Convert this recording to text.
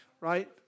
right